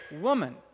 woman